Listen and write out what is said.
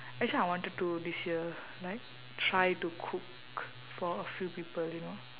actually I wanted to this year like try to cook for a few people you know